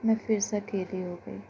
میں پھر سے اکیلی ہوگئی